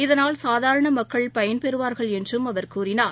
இதனால் சாதாரண மக்கள் பயன்பெறுவார்கள் என்றும் அவர் கூறினார்